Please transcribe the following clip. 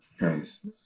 Nice